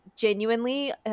genuinely